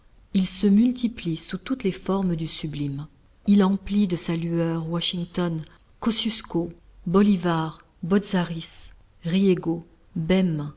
il se multiplie sous toutes les formes du sublime il emplit de sa lueur washington kosciusko bolivar botzaris riego bem